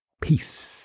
Peace